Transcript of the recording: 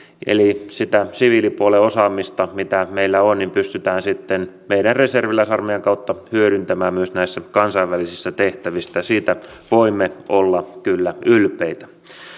eli sitä siviilipuolen osaamista mitä meillä on pystytään sitten meidän reserviläisarmeijamme kautta hyödyntämään myös näissä kansainvälisissä tehtävissä ja siitä voimme olla kyllä ylpeitä